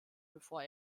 bevor